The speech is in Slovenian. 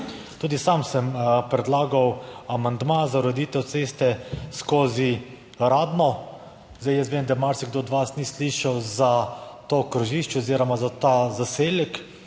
Tudi sam sem predlagal amandma za ureditev ceste skozi Radno. Jaz vem, da marsikdo od vas ni slišal za to križišče oziroma za ta zaselek,